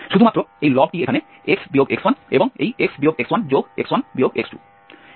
শুধুমাত্র এই লবটি এখানে x x1 এবং এই x x1x1 x2